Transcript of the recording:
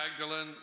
Magdalene